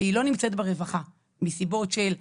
שהיא לא נמצאת ברווחה מסיבות של החתמה,